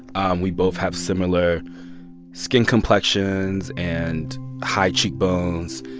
um we both have similar skin complexions and high cheekbones.